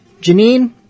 Janine